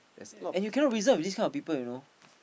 and you cannot reason with this kind of people you know